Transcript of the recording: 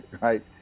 right